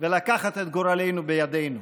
ולקחת את גורלנו בידנו.